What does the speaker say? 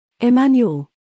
Emmanuel